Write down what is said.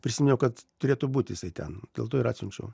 prisiminiau kad turėtų būti jisai ten dėl to ir atsiunčiau